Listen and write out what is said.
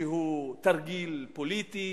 שהוא תרגיל פוליטי.